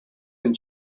and